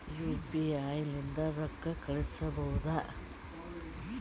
UPI ಲಿಂದ ರೊಕ್ಕ ಕಳಿಸಬಹುದಾ?